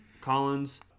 Collins